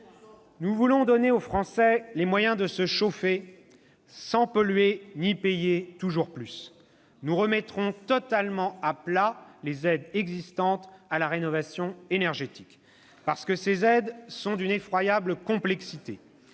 Nous voulons donner aux Français les moyens de se chauffer sans polluer ni payer toujours plus. « Nous remettrons totalement à plat les aides existantes à la rénovation énergétique, parce que ces aides sont d'une effroyable complexité,